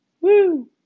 Woo